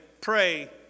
pray